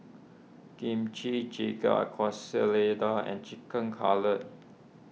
Kimchi Jjigae Quesadillas and Chicken Cutlet